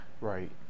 Right